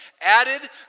added